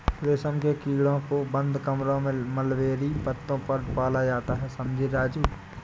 रेशम के कीड़ों को बंद कमरों में मलबेरी पत्तों पर पाला जाता है समझे राजू